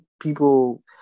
people